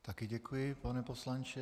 Také děkuji, pane poslanče.